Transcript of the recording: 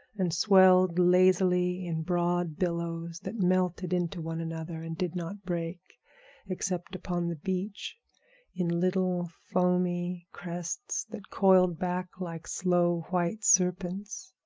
and swelled lazily in broad billows that melted into one another and did not break except upon the beach in little foamy crests that coiled back like slow, white serpents.